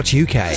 uk